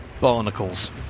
barnacles